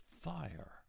fire